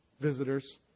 visitors